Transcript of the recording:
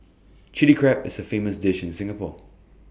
Chilli Crab is A famous dish in Singapore